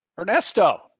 Ernesto